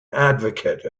advocate